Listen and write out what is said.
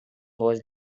was